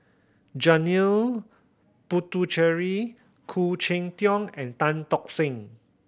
Janil Puthucheary Khoo Cheng Tiong and Tan Tock Seng